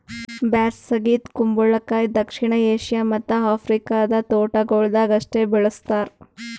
ಬ್ಯಾಸಗಿ ಕುಂಬಳಕಾಯಿ ದಕ್ಷಿಣ ಏಷ್ಯಾ ಮತ್ತ್ ಆಫ್ರಿಕಾದ ತೋಟಗೊಳ್ದಾಗ್ ಅಷ್ಟೆ ಬೆಳುಸ್ತಾರ್